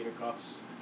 cuffs